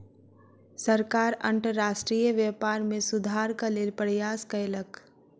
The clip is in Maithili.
सरकार अंतर्राष्ट्रीय व्यापार में सुधारक लेल प्रयास कयलक